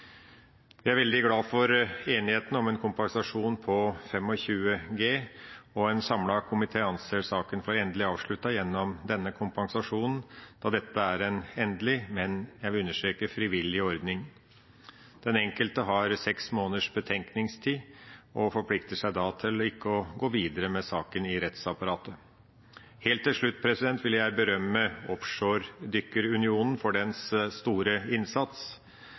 Jeg er veldig glad for enigheten om en kompensasjon på 25 G, og en samlet komité anser saken for endelig avsluttet gjennom denne kompensasjonen, da dette er en endelig, men jeg vil understreke, frivillig ordning. Den enkelte har seks måneders betenkningstid, og den enkelte mottaker forplikter seg da til ikke å gå videre med saken i rettsapparatet. Helt til slutt vil jeg berømme Offshore Dykker Unionen for dens store innsats